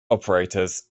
operators